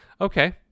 Okay